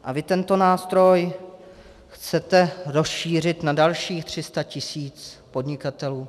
A vy tento nástroj chcete rozšířit na dalších 300 tisíc podnikatelů.